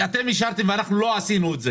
אתם אישרתם את זה.